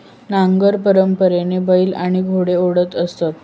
नांगर परंपरेने बैल आणि घोडे ओढत असत